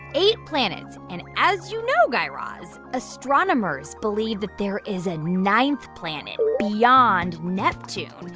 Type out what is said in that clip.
eight planets. and as you know, guy raz, astronomers believe that there is a ninth planet beyond neptune.